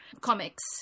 comics